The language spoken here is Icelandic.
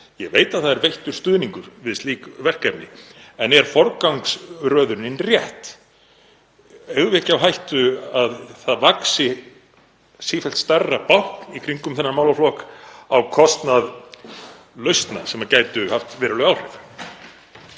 Ég veit að það er veittur stuðningur við slík verkefni en er forgangsröðunin rétt? Eigum við ekki á hættu að það vaxi sífellt stærra bákn í kringum þennan málaflokk á kostnað lausna sem gætu haft veruleg áhrif?